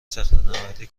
صخرهنوردی